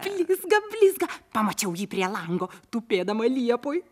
blizga blizga pamačiau jį prie lango tupėdama liepoj